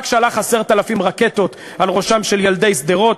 רק שלח 10,000 רקטות על ראשם של ילדי שדרות,